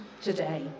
today